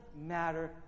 matter